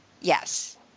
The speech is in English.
Yes